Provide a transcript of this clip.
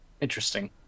Interesting